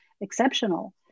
exceptional